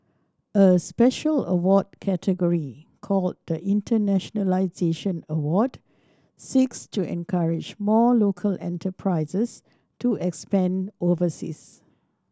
a special award category called the Internationalisation Award seeks to encourage more local enterprises to expand overseas